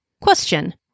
Question